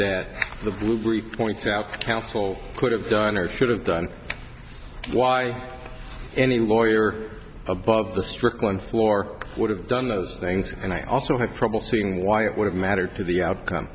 that the blue brief pointed out counsel could have done or should have done why any lawyer above the strickland floor would have done those things and i also have trouble seeing why it would have mattered to the outcome